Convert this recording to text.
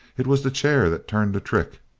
it was the chair that turned the trick.